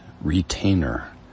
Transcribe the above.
retainer